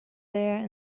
there